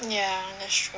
ya true